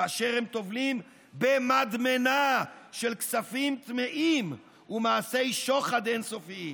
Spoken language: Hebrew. כאשר הם טובלים במדמנה של כספים טמאים ומעשי שוחד אין-סופיים,